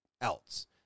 else